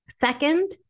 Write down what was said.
Second